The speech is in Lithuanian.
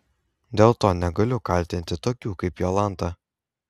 dėl to negaliu kaltinti tokių kaip jolanta